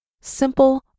simple